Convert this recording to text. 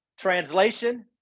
Translation